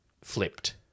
flipped